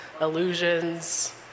illusions